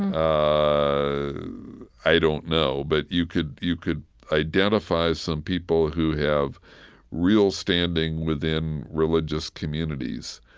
i i don't know, but you could you could identify some people who have real standing within religious communities.